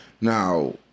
Now